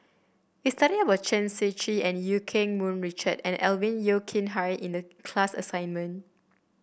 we studied about Chen Shiji and Eu Keng Mun Richard and Alvin Yeo Khirn Hai in the class assignment